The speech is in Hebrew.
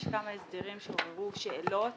יש כמה הסדרים שעוררו שאלות